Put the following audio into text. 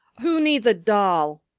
who needs a doll?